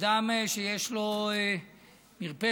אדם שיש לו מרפסת,